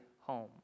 home